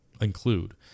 include